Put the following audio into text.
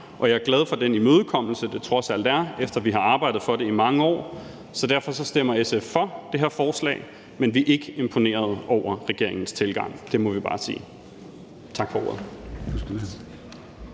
jeg er glad for den imødekommelse, det trods alt er, efter vi har arbejdet for det i mange år. Derfor stemmer SF for det her forslag, men vi er ikke imponerede over regeringens tilgang; det må vi bare sige. Tak for ordet.